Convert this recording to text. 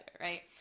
right